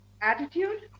Attitude